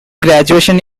graduation